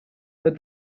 but